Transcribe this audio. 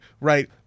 right